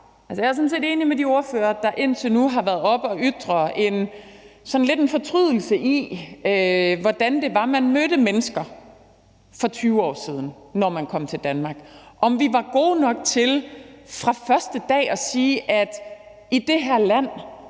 Jeg er sådan set enig med de ordførere, der indtil nu lidt har ytret en fortrydelse af, hvordan det var, man mødte mennesker for 20 år siden, når de kom til Danmark, og spurgt, om vi var gode nok til fra første dag at sige: I det her land